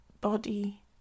body